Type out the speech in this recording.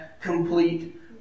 complete